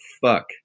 fuck